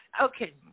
Okay